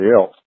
else